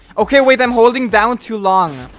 okay wait, i'm holding down too long,